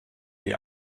die